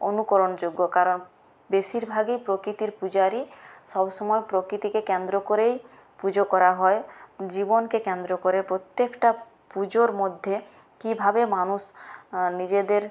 অনুকরণযোগ্য কারণ বেশিরভাগই প্রকৃতির পূজারী সব সময় প্রকৃতিকে কেন্দ্র করেই পুজো করা হয় জীবনকে কেন্দ্র করে প্রত্যেকটি পুজোর মধ্যে কীভাবে মানুষ নিজেদের